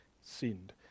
sinned